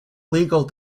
legal